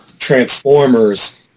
Transformers